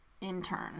intern